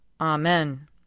Amen